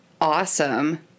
awesome